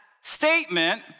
statement